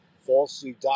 falsely